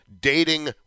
dating